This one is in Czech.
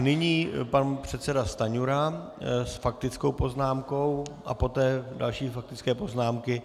Nyní pan předseda Stanjura s faktickou poznámkou a poté další faktické poznámky.